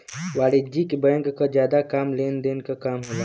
वाणिज्यिक बैंक क जादा काम लेन देन क काम होला